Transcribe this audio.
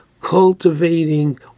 cultivating